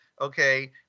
okay